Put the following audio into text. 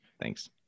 Thanks